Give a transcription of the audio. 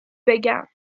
بگم